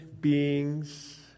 beings